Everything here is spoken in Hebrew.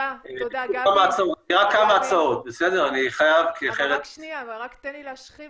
אני מנסה לקטוע